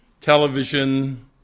television